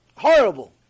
Horrible